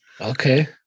Okay